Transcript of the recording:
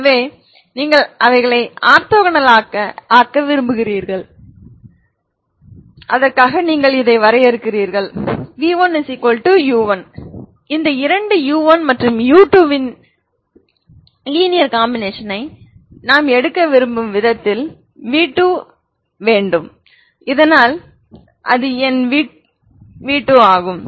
எனவே நீங்கள் அவர்களை ஆர்த்தோகனல் ஆக்க விரும்புகிறீர்கள் நீங்கள் இதை வரையறுக்கிறீர்கள் v1u1 இந்த இரண்டு u1 மற்றும் u2 இன் லீனியர் காம்பினேஷன் ஐ நான் எடுக்க விரும்பும் விதத்தில் v2 வேண்டும் அதனால் அது என் v2 ஆகும்